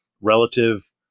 relative